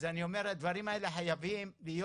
אז אני אומר, הדברים האלה חייבים להיות